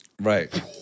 Right